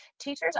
teachers